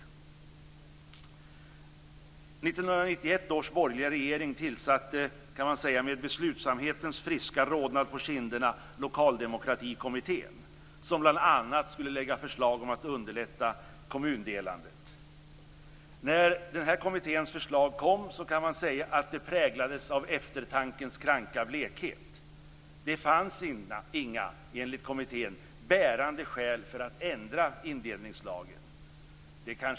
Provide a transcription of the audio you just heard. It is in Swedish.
1991 års borgerliga regering tillsatte, med beslutsamhetens friska rodnad på kinderna kan man säga, Lokaldemokratikommittén. Den skulle bl.a. lägga fram förslag om att underlätta kommundelandet. När denna kommittés förslag kom kan man säga att det präglades av eftertankens kranka blekhet. Det fanns enligt kommittén inga bärande skäl för att ändra indelningslagen.